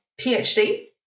PhD